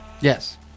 Yes